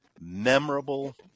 memorable